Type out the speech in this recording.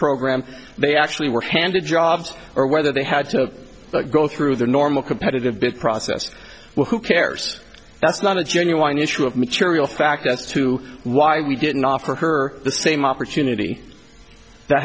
program they actually were handed jobs or whether they had to go through the normal competitive bid process who cares that's not a genuine issue of material fact as to why we didn't offer her the same opportunity that